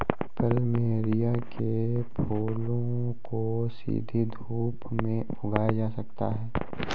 plumeria के फूलों को सीधी धूप में उगाया जा सकता है